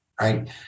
right